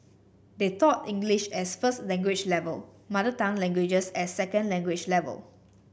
they taught English as first language level mother tongue languages at second language level